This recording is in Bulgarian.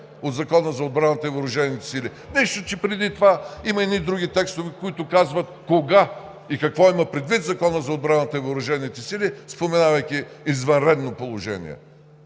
от Закона за отбраната и въоръжените сили, нищо че преди това има едни други текстове, които казват кога и какво има предвид Законът за отбраната и въоръжените сили, споменавайки извънредно положение.